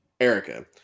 Erica